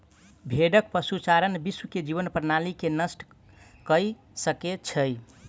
भेड़क पशुचारण विश्व के जीवन प्रणाली के नष्ट कय सकै छै